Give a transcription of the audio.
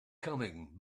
coming